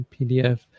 PDF